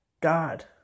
God